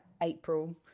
April